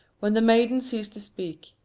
when the maiden ceased to speak,